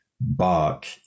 bark